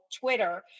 Twitter